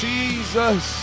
Jesus